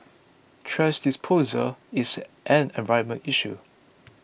thrash disposal is an environmental issue